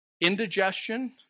indigestion